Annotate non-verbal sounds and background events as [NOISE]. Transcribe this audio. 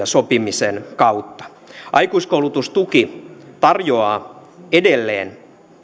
[UNINTELLIGIBLE] sopimisen kautta aikuiskoulutustuki tarjoaa edelleen